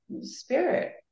spirit